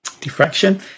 diffraction